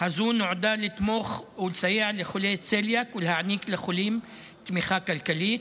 הזו נועדה לתמוך ולסייע לחולי צליאק ולהעניק לחולים תמיכה כלכלית.